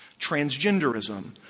Transgenderism